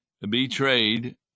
betrayed